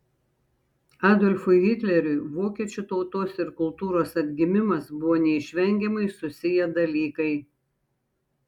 adolfui hitleriui vokiečių tautos ir kultūros atgimimas buvo neišvengiamai susiję dalykai